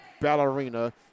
ballerina